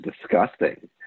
disgusting